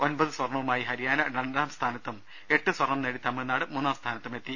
ഒമ്പത് സ്വർണവുമായി ഹരിയാന രണ്ടാം സ്ഥാനത്തും എട്ട് സ്വർണ്ണം നേടി തമിഴ്നാട് മൂന്നാം സ്ഥാനത്തുമെത്തി